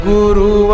Guru